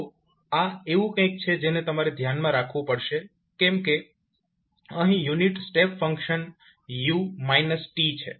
તો આ એવું કંઈક છે જેને તમારે ધ્યાનમાં રાખવું પડશે કારણ કે અહીં યુનિટ સ્ટેપ ફંક્શન u છે